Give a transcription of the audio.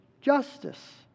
justice